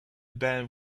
band